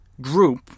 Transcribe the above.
group